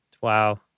Wow